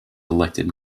elected